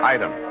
Item